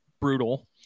brutal